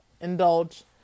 indulge